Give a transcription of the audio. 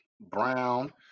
brown